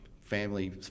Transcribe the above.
family